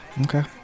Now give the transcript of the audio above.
Okay